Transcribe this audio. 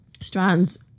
strands